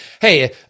hey